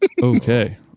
Okay